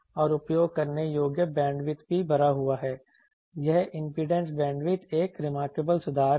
और उपयोग करने योग्य बैंडविड्थ भी भरा हुआ है यह इंपीडेंस बैंडविड्थ एक रिमारकेबल सुधार है